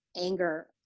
anger